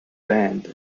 band